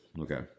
okay